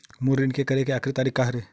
मोर ऋण के करे के आखिरी तारीक का हरे?